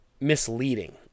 misleading